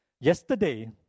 Yesterday